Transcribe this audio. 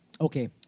Okay